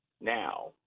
now